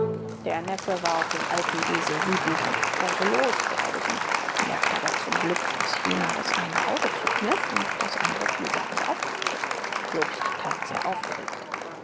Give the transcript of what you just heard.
der neffe war auf den alten esel wütend und wollte losbrausen bemerkte aber zum glück daß jener das eine auge zukniff und das andere vielsagend aufklappte jobst tat sehr aufgeregt